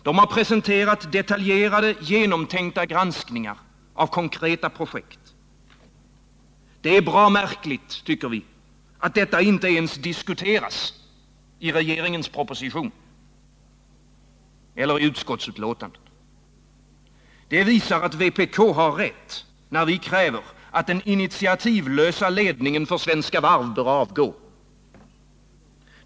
De har presenterat detaljerade, genomtänkta granskningar av konkreta projekt. Det är bra märkligt, tycker vi, att detta inte ens diskuteras i regeringens proposition eller i utskottsbetänkandet. Det visar att vpk har rätt när vi kräver att den initiativlösa ledningen för Svenska Varv bör avgå.